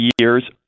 years